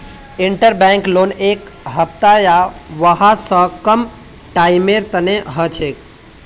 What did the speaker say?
interbank loan एक हफ्ता या वहा स कम टाइमेर तने हछेक